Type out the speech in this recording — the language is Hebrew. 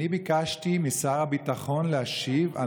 אני ביקשתי משר הביטחון להשיב על